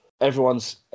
Everyone's